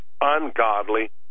ungodly